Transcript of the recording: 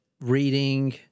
Reading